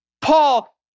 Paul